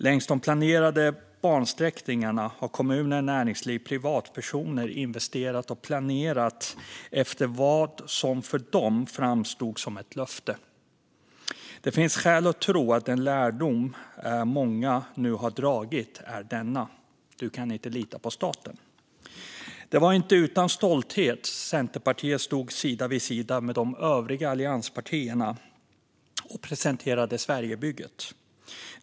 Längs de planerade bansträckningarna har kommuner, näringsliv och privatpersoner investerat och planerat efter vad som för dem framstod som ett löfte. Det finns skäl att tro att den lärdom många nu har dragit är: Du kan inte lita på staten. Det var inte utan stolthet Centerpartiet stod sida vid sida med de övriga allianspartierna och presenterade Sverigebygget.